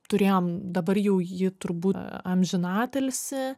turėjom dabar jau ji turbū amžiną atilsį